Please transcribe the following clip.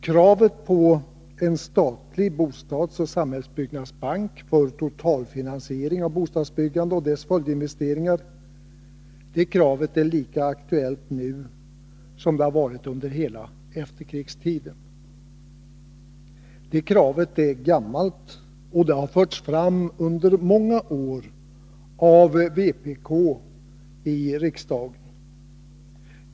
Kravet på en statlig bostadsoch samhällsbyggnadsbank för totalfinansiering av bostadsbyggandet och dess följdinvesteringar är lika aktuellt nu som det har varit under hela efterkrigstiden. Detta krav är gammalt och har under många år förts fram av vpk i riksdagen.